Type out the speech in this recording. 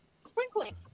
Sprinkling